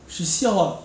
she siao ah